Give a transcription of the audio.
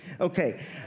Okay